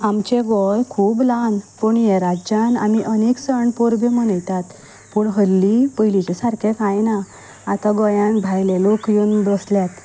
आमचें गोंय खूब ल्हान पूण हेरांच्यान आमी अनेक सण परबी मनयतात पूण पयलींचें सारकें कांय ना आतां गोंयांत भायले लोक येवन बसल्यात